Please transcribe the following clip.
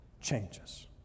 changes